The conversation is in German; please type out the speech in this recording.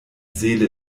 seele